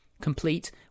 complete